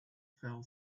fell